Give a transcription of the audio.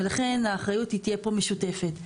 ולכן האחריות היא תהיה פה משותפת.